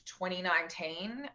2019